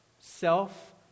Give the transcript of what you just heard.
self